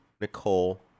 Nicole